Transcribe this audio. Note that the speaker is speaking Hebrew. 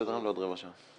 לוועדה שנייה.